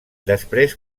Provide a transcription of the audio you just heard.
després